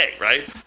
right